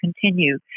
continue